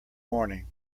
morning